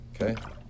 Okay